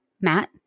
Matt